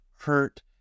hurt